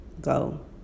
go